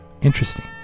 interesting